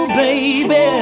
baby